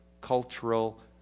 cultural